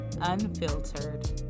Unfiltered